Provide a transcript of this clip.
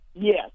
Yes